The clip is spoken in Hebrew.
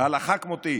"ההלכה כמותי,